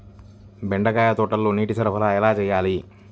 బెండకాయ తోటలో నీటి సరఫరా ఎలా చేయాలి?